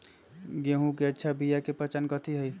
गेंहू के अच्छा बिया के पहचान कथि हई?